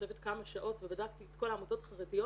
חושבת שכמה שעות ובדקתי את כל העמותות החרדיות